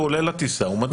הוא עולה לטיסה ומדביק.